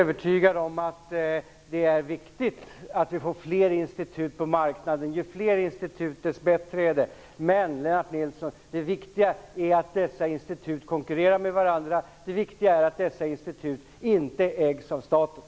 Herr talman! Jag är helt övertygad om att det är viktigt att vi får fler institut på marknaden. Ju fler institut dess bättre är det. Men, Lennart Nilsson, det viktiga är att dessa institut konkurrerar med varandra och inte ägs av staten.